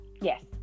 yes